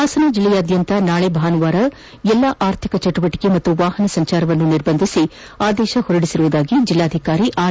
ಹಾಸನ ಜಿಲ್ಲೆಯಾದ್ಯಂತ ನಾಳೆ ಭಾನುವಾರ ಎಲ್ಲಾ ಆರ್ಥಿಕ ಚಟುವಟಿಕೆ ಹಾಗೂ ವಾಹನ ಸಂಚಾರವನ್ನು ನಿರ್ಬಂಧಿಸಿ ಆದೇಶ ಹೊರಡಿಸಲಾಗಿದೆ ಎಂದು ಜಿಲ್ಲಾಧಿಕಾರಿ ಆರ್